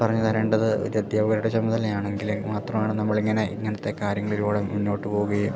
പറഞ്ഞ് തരേണ്ടത് ഒരദ്ധ്യാപകരുടെ ചുമതലയാണെങ്കിൽ മാത്രമാണ് നമ്മളിങ്ങനെ ഇങ്ങനത്തെ കാര്യങ്ങളിലൂടെ മുന്നോട്ട് പോകുകയും